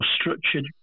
structured